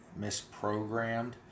misprogrammed